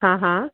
हा हा